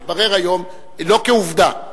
לא כעובדה,